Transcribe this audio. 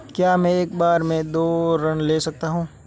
क्या मैं एक बार में दो ऋण ले सकता हूँ?